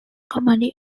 comedy